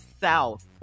South